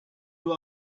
you